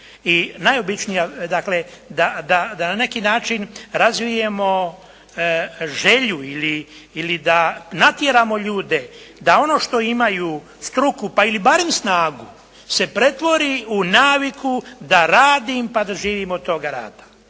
i najobičnija, dakle da na neki način razvijemo želju ili da natjeramo ljude da ono što imaju struku pa ili barem snagu, se pretvori u naviku da radim pa da živim od toga rada.